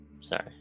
Sorry